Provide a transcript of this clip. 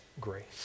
grace